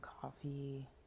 coffee